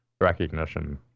recognition